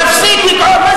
תפסיק לגעור.